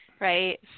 right